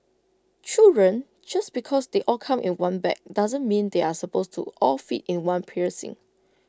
children just because they all come in one bag doesn't mean they are supposed to all fit in one piercing